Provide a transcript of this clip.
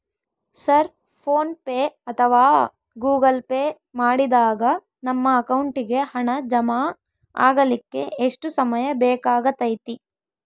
Sir PhonePe ಅಥವಾ Google Pay ಮಾಡಿದಾಗ ನಮ್ಮ ಅಕೌಂಟಿಗೆ ಹಣ ಜಮಾ ಆಗಲಿಕ್ಕೆ ಎಷ್ಟು ಸಮಯ ಬೇಕಾಗತೈತಿ?